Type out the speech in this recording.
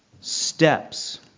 steps